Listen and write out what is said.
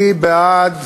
אני בעד